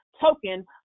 token